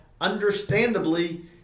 understandably